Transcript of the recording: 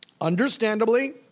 understandably